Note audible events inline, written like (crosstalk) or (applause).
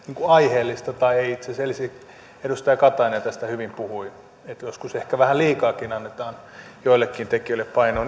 aiheellista tai ei itse asiassa edustaja elsi katainen tästä hyvin puhui että joskus ehkä vähän liikaakin annetaan joillekin tekijöille painoa (unintelligible)